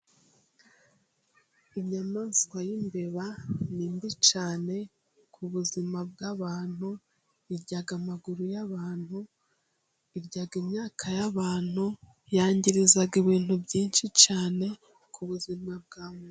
Inyamaswa y'imbeba ni mbi cyane ku buzima bw'abantu iryaga amaguru y'abantu iryaga imyaka y'abantu yangiriza ibintu byinshi cyane k'ubuzima bwa muntu.